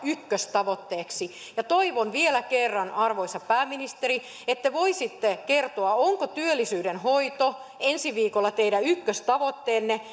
ykköstavoitteeksi toivon vielä kerran arvoisa pääministeri että voisitte kertoa onko työllisyyden hoito ensi viikolla teidän ykköstavoitteenne